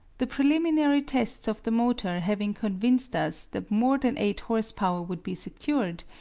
the preliminary tests of the motor having convinced us that more than eight horse-power would be secured,